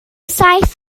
saith